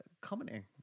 commenting